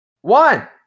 One